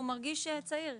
הוא מרגיש צעיר,